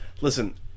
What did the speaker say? Listen